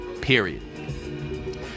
Period